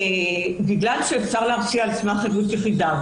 בגלל שאפשר להרשיע על סמך עדות יחידה,